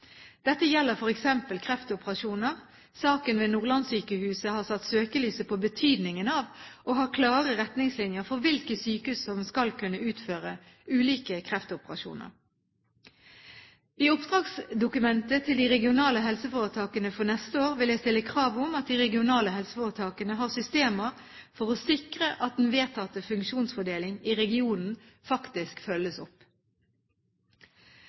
Dette gjelder f.eks. kreftoperasjoner. Saken ved Nordlandssykehuset har satt søkelyset på betydningen av å ha klare retningslinjer for hvilke sykehus som skal kunne utføre ulike kreftoperasjoner. I oppdragsdokumentet til de regionale helseforetakene for neste år vil jeg stille krav om at de regionale helseforetakene har systemer for å sikre at den vedtatte funksjonsfordeling i regionen faktisk følges opp.